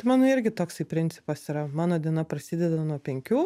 tai mano irgi toksai principas yra mano diena prasideda nuo penkių